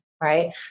Right